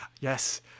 yes